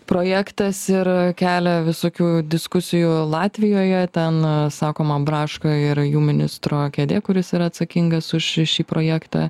projektas ir kelia visokių diskusijų latvijoje ten sakoma braška ir jų ministro kėdė kuris yra atsakingas už šį projektą